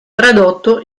tradotto